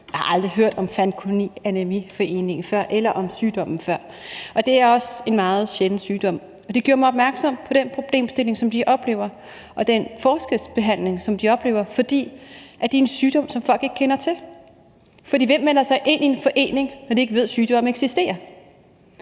Jeg havde aldrig hørt om Fanconi Anæmi-foreningen eller om sygdommen før. Og det er også en meget sjælden sygdom. Det gjorde mig opmærksom på den problemstilling, som patienterne oplever, og den forskelsbehandling, som de oplever, fordi det er en sygdom, som folk ikke kender til. For hvem melder sig ind i en forening, når de ikke ved, at sygdommen eksisterer?